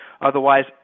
otherwise